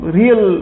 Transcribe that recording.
real